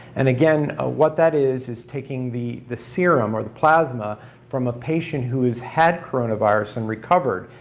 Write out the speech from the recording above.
and again ah what that is, is taking the the serum or the plasma from a patient who has had coronavirus and recovered,